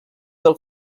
del